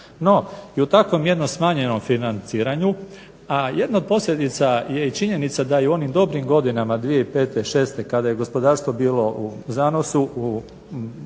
No i u takvom jednom smanjenom financiranju, a jedna od posljedica je i činjenica da i u onim dobnim godinama 2005., 2006. kada je gospodarstvo bilo u zanosu, u